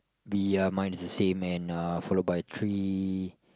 B M mine is the same man followed by three